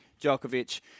Djokovic